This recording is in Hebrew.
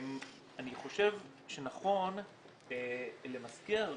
אני חושב שנכון למסגר,